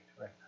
right